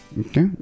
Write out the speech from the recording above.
Okay